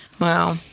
Wow